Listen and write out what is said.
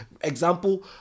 example